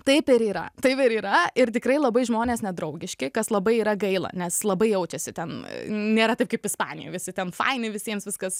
taip ir yra taip ir yra ir tikrai labai žmonės nedraugiški kas labai yra gaila nes labai jaučiasi ten nėra taip kaip ispanijoj visi ten faini visiems viskas